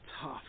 tough